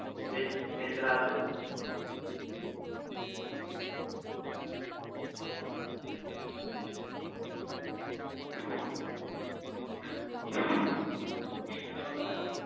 বেশ ঠিক আছে তাহলে আসবেন